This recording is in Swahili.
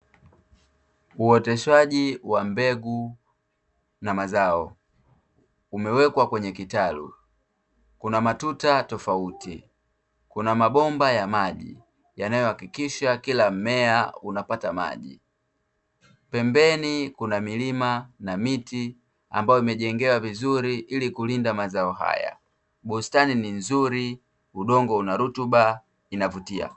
Uoteshaji wa mbegu na mazao umewekwa kwenye kitalu kuna matuta tofauti kuna mabomba ya maji yanayohakikisha kila mmea unapata maji, pembeni kuna milima na miti ambayo imejengewa vizuri ili kulinda mazao haya, bustani ni nzuri udongo unarutuba inavutia.